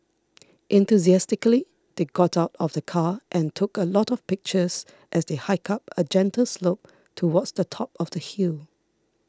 enthusiastically they got out of the car and took a lot of pictures as they hiked up a gentle slope towards the top of the hill